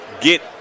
get